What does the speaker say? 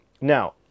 now